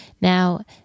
Now